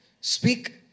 Speak